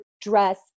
dress